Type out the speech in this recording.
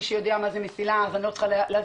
מי שיודע מה זה "מסילה" אז אני לא צריכה להסביר,